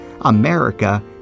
America